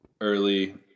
early